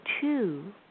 two